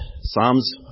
psalms